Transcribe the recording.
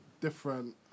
different